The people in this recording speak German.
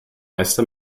meister